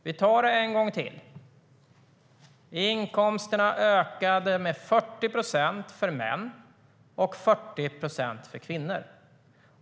Vi tar det en gång till: Inkomsterna ökade med 40 procent för män och 40 procent för kvinnor.